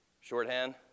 Shorthand